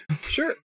sure